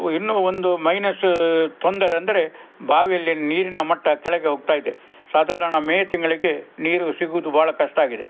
ಇನ್ನೂ ಒಂದು ಮೈನಸ್ ತೊಂದರೆ ಅಂದರೆ ಬಾವಿಯಲ್ಲಿ ನೀರಿನ ಮಟ್ಟ ಕೆಳಗೆ ಹೋಗ್ತಾಯಿದೆ ಸಾಧಾರಣ ಮೇ ತಿಂಗಳಿಗೆ ನೀರು ಸಿಗುವುದು ಬಹಳ ಕಷ್ಟ ಆಗಿದೆ